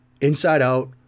inside-out